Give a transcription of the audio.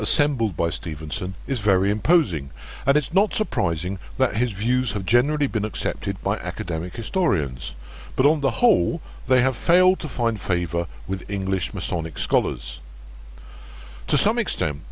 assembled by stevenson is very imposing and it's not surprising that his views have generally been accepted by academic historians but on the whole they have failed to find favor with english